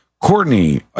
Courtney